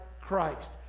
Christ